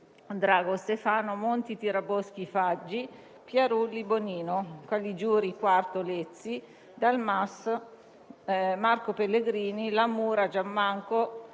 Grazie a tutti